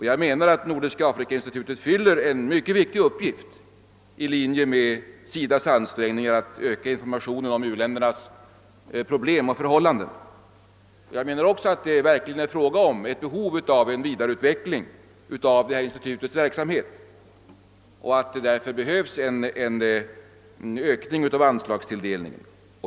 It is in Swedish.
Jag anser att Nordiska afrikainstitutet fyller en mycket viktig uppgift i linje med SIDA:s ansträngningar att öka informationen om u-ländernas problem och förhållanden och att det verkligen föreligger ett behov att vidareutveckla institutets verksamhet genom en ökning av anslagstilldelningen.